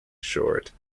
short